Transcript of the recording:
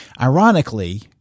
Ironically